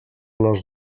les